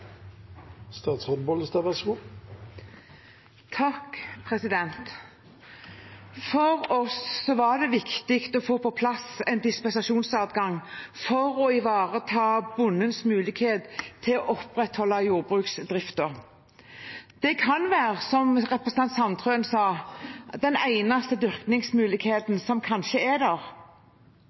For oss var det viktig å få på plass en dispensasjonsadgang for å ivareta bondens mulighet til å opprettholde jordbruksdriften. Det kan, som representanten Sandtrøen sa, kanskje være den eneste dyrkingsmuligheten som er der,